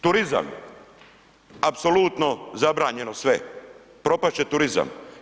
Turizam, apsolutno zabranjeno sve, propast će turizam.